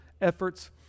efforts